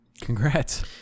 Congrats